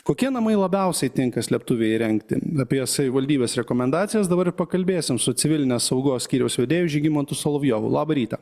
kokie namai labiausiai tinka slėptuvei įrengti apie savivaldybės rekomendacijas dabar pakalbėsim su civilinės saugos skyriaus vedėju žygimantu solovjovu labą rytą